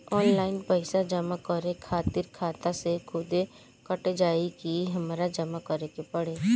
Online पैसा जमा करे खातिर खाता से खुदे कट जाई कि हमरा जमा करें के पड़ी?